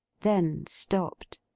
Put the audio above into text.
then stopped.